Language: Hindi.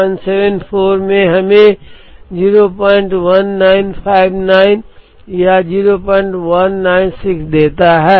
122474 में हमें 01959 या 0196 देता है